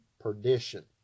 perdition